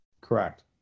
Correct